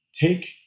Take